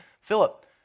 Philip